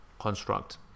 construct